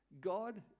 God